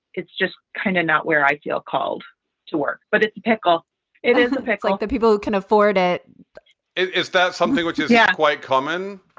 it's just kind of not where i feel called to work. but it's typical it is ah like that. people who can afford it it is that something which is yeah quite common?